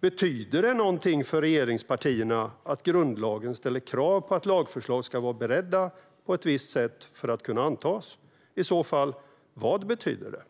Betyder det någonting för regeringspartierna att grundlagen ställer krav på att lagförslag ska vara beredda på ett visst sätt för att kunna antas? I så fall, vad betyder det?